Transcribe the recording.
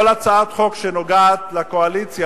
כל הצעת חוק שנוגעת לקואליציה,